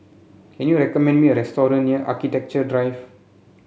can you recommend me a restaurant near Architecture Drive